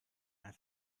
and